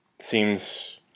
seems